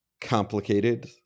complicated